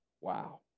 Wow